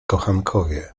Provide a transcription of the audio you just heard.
kochankowie